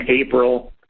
April